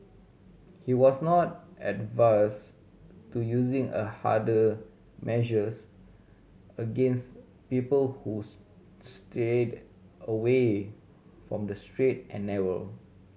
he was not adverse to using a harder measures against people who strayed away from the straight and narrow